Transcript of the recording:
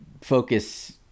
focus